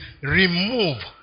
remove